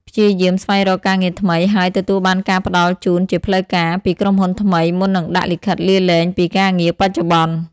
ព្យាយាម ស្វែងរកការងារថ្មី ហើយ ទទួលបានការផ្តល់ជូនជាផ្លូវការ ពីក្រុមហ៊ុនថ្មី មុននឹងដាក់លិខិតលាលែងពីការងារបច្ចុប្បន្ន។